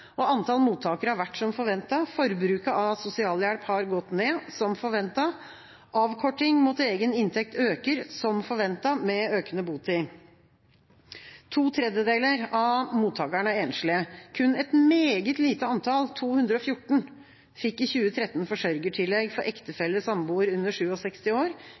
Antall mottakere har vært som forventet. Forbruket av sosialhjelp har gått ned, som forventet. Avkorting mot egen inntekt øker, som forventet, med økende botid. To tredeler av mottakerne er enslige. Kun et meget lite antall, 214, fikk i 2013 forsørgertillegg for ektefelle/samboer under 67 år, kun 38 hadde forsørgeransvar for barn under 18 år.